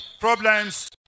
problems